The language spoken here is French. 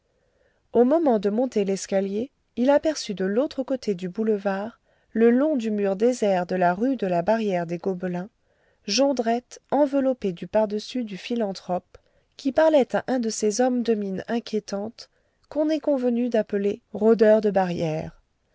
au moment de monter l'escalier il aperçut de l'autre côté du boulevard le long du mur désert de la rue de la barrière des gobelins jondrette enveloppé du par-dessus du philanthrope qui parlait à un de ces hommes de mine inquiétante qu'on est convenu d'appeler rôdeurs de barrières